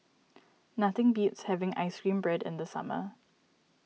nothing beats having Ice Cream Bread in the summer